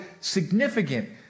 significant